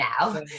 now